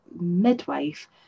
midwife